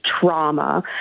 trauma